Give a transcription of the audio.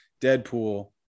Deadpool